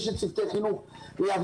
יש הרבה דברים שאומרים,